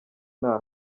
nta